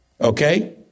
Okay